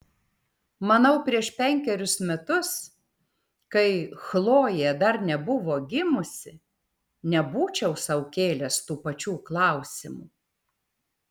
manau prieš penkerius metus kai chlojė dar nebuvo gimusi nebūčiau sau kėlęs tų pačių klausimų